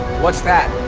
what's that?